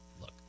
Look